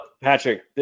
Patrick